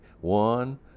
One